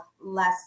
less